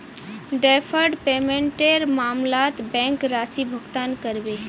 deferred पेमेंटेर मामलत bank राशि भुगतान करबे